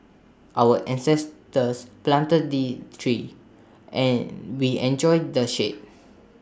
our ancestors planted the trees and we enjoy the shade